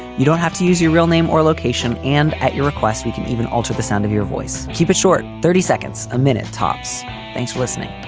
you don't have to use your real name or location, and at your request we can even alter the sound of your voice. keep it short. thirty seconds a minute, tops. thanks for listening